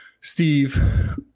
Steve